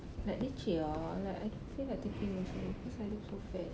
like leceh ah like I don't feel like taking also cause I look so fat